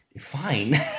fine